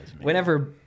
Whenever